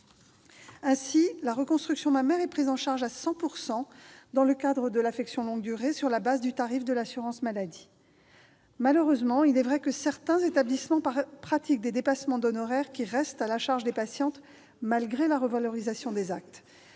Ainsi, la reconstruction mammaire est prise en charge à 100 % dans le cadre de l'affection longue durée, sur la base du tarif de l'assurance maladie. Malheureusement, il est vrai que certains établissements pratiquent des dépassements d'honoraires qui restent à la charge des patientes, malgré la revalorisation des actes.